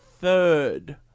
third